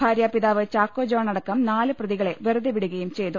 ഭാര്യാപിതാവ് Chacko John അടക്കം നാല് പ്രതികളെ വെറുതെ വിടുകയും ചെയ്തു